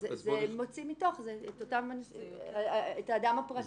זה מוציא מתוך זה את האדם הפרטי.